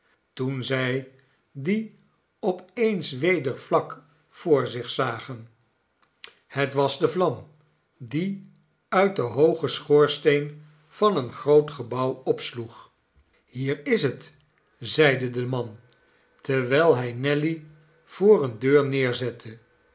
toen zij dien op eens weder vlak voor zich zagen het was de vlam die uit den hoogen schoorsteen van een groot gebouw opsloeg hier is het zeide de man terwijl hij nelly voor eene deur neerzette